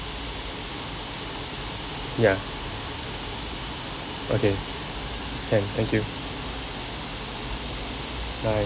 ya okay can thank you